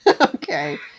Okay